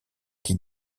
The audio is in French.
qui